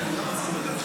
אדוני היושב-ראש,